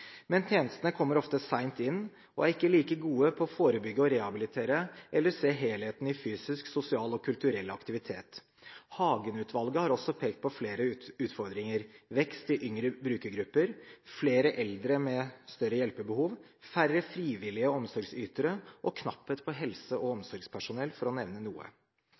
Men tjenestene kommer ofte sent inn og er ikke like gode på å forebygge og rehabilitere eller på å se helheten i fysisk, sosial og kulturell aktivitet. Hagen-utvalget har også pekt på flere utfordringer: vekst i yngre brukergrupper, flere eldre med større hjelpebehov, færre frivillige omsorgsytere og knapphet på helse- og omsorgspersonell, for å nevne noe.